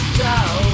down